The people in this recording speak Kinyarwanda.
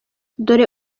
dore